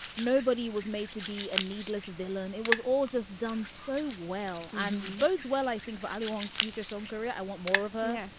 nobody was made to be a needless villain. it was all just done so well and bodes well i think for ali wong's future film career. i want more of her.